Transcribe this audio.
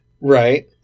Right